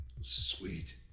Sweet